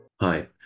Hi